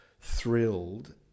thrilled